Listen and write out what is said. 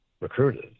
recruited